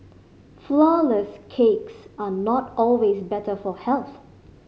flourless cakes are not always better for health